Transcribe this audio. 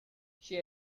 she